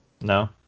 No